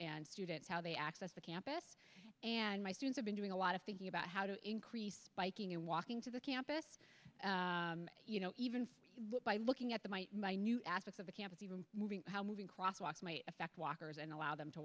and students how they access the campus and my students i've been doing a lot of thinking about how to increase biking and walking to the campus you know even by looking at the my my new aspects of the campus even moving how moving crosswalks might affect walkers and allow them to